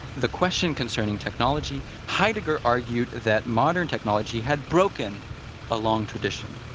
the question concerning technology, heidegger argued that modern technology had broken a long tradition,